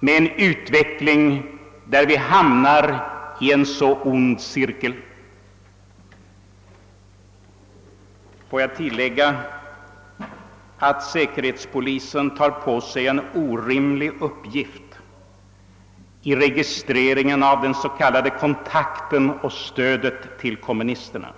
med en utveckling, där vi hamnar i en så ond cirkel. Får jag tillägga att säkerhetspolisen tar på sig en orimlig uppgift i registreringen av den s.k. kontakten med och stödet till kommunisterna.